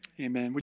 Amen